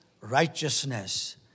righteousness